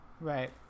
Right